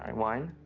and one,